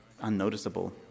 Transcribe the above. unnoticeable